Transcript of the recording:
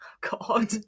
God